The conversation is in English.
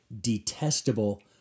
detestable